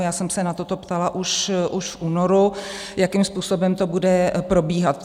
Já jsem se na toto ptala už v únoru, jakým způsobem to bude probíhat.